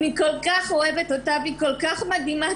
אני כל כך אוהבת אותה והיא כל כך מדהימה.